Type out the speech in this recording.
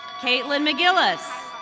caitlin mcgillis.